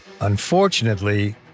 Unfortunately